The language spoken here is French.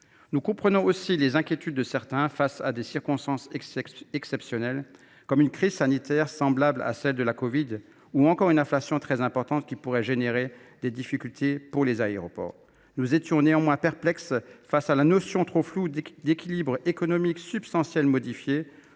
Nous comprenons aussi les inquiétudes de certains à propos de circonstances exceptionnelles – une crise sanitaire semblable à celle de la covid 19, ou encore une inflation très importante –, qui pourraient susciter des difficultés pour les aéroports. Néanmoins, la notion trop floue « d’équilibre économique substantiellement modifié